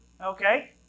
Okay